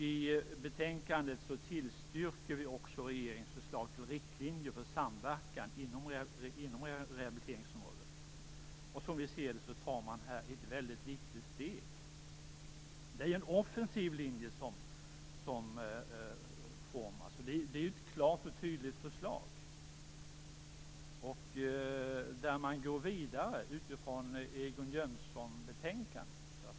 I betänkandet tillstyrker vi regeringens förslag till riktlinjer för samverkan inom rehabiliteringsområdet. Som vi ser det tar man i det här fallet ett mycket viktigt steg. Det är en offensiv linje som formas. Det är ett klart och tydligt förslag. Man går vidare utifrån Egon Jönsson-betänkandet.